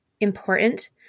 important